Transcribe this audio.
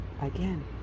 again